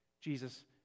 Jesus